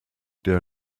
der